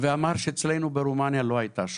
ואמר: אצלנו ברומניה לא הייתה שואה.